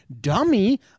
dummy